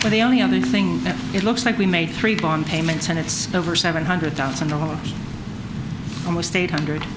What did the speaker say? and the only other thing it looks like we made three bond payments and it's over seven hundred thousand dollars almost eight hundred